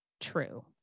true